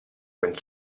open